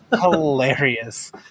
hilarious